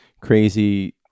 crazy